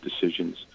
decisions